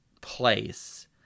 place